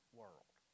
world